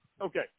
Okay